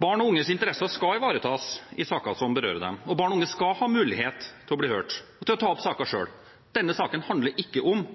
Barn og unges interesser skal ivaretas i saker som berører dem. Barn og unge skal ha mulighet til å bli hørt og til å ta opp saker selv. Denne saken handler ikke om